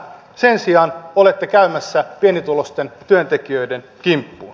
sen sijaan olette käymässä pienituloisten työntekijöiden kimppuun